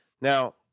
Now